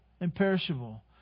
imperishable